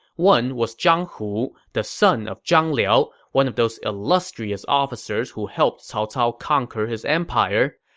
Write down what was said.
one was zhang hu, the son of zhang liao, one of those illustrious officers who helped cao cao conquer his empire.